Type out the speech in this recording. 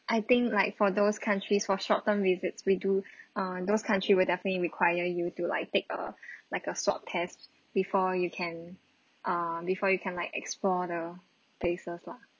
I think like for those countries for short term visits we do err those country would definitely require you to like take a like a swab test before you can uh before you can like explore the places lah